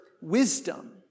wisdom